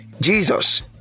Jesus